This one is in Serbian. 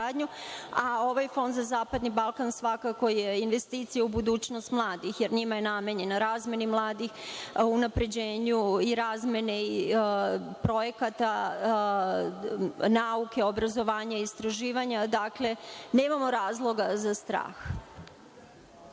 Ovaj fond za zapadni Balkan je svakako investicija u budućnost mladih, jer njima je namenjen, razvoju mladih, unapređenju i razmeni projekata, nauke, obrazovanja, istraživanja. Dakle nemamo razloga za strah.